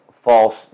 false